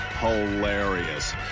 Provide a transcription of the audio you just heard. Hilarious